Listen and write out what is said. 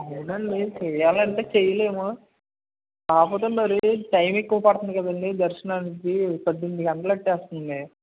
అదే అండి చేయాలంటే చేయలేము కాకపోతే మరి టైం ఎక్కువగా పడుతుంది కదా అండి దర్శనానికి దానికి పద్దెనిమిది గంటలు పట్టేస్తుంది